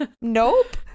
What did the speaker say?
nope